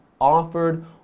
offered